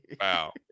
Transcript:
Wow